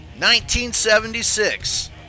1976